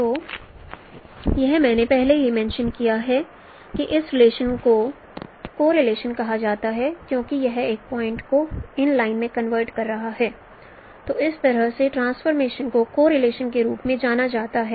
और यह मैंने पहले मेंशं किया है कि इस रिलेशन को को रिलेशन कहा जाता है क्योंकि यह एक पॉइंट् को एक लाइन में कन्वर्ट कर रहा है तो इस तरह के ट्रांसफॉर्मेशन को को रिलेशन के रूप में जाना जाता है